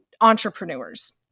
entrepreneurs